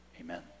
amen